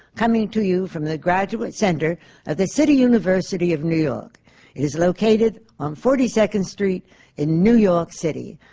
coming to you from the graduate center of the city university of new york. it is located on forty second street in new york city.